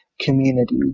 community